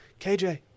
KJ